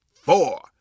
four